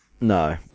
No